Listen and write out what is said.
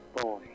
boy